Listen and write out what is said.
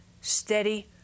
steady